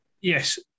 Yes